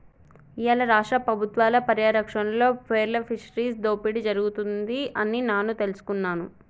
ఇయ్యాల రాష్ట్ర పబుత్వాల పర్యారక్షణలో పేర్ల్ ఫిషరీస్ దోపిడి జరుగుతుంది అని నాను తెలుసుకున్నాను